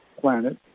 planet